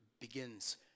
begins